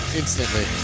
instantly